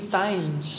times